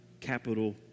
capital